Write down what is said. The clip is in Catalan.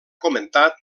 comentat